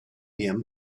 him